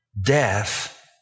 death